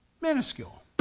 Minuscule